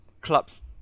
clubs